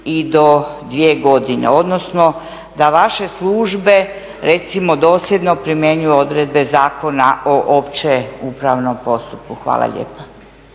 i do dvije godine. Odnosno da vaše službe recimo dosljedno primjenjuju odredbe Zakona o opće upravnom postupku. Hvala lijepa.